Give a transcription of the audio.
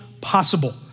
possible